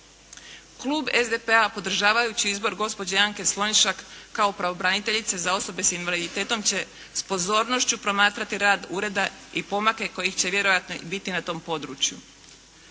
Klub SDP-a podržavajući izbor gospođe Anke Slonjšak kao pravobraniteljice za osobe sa invaliditetom s pozornošću promatrati rad ureda i pomake kojih će vjerojatno i biti na tom području.